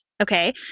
Okay